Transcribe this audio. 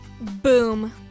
Boom